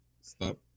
stop